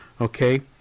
Okay